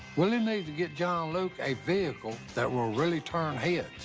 willie needs to get john luke a vehicle that will really turn heads.